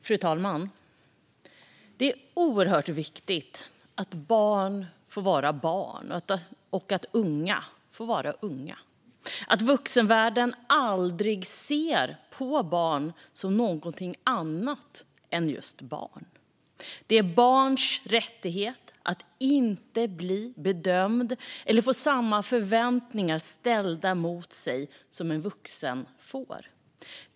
Fru talman! Det är oerhört viktigt att barn får vara barn, att unga får vara unga och att vuxenvärlden aldrig ser på barn som någonting annat än just barn. Det är barns rättighet att inte bli bedömda eller få samma förväntningar ställda på sig som vuxna får.